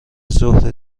ظهر